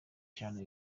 cyane